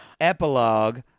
Epilogue